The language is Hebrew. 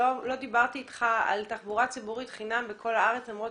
לא דיברתי אתך על תחבורה ציבורית חינם בכל הארץ למרות